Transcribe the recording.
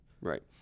Right